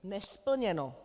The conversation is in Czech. Nesplněno.